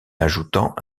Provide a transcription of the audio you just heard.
ajoutant